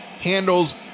Handles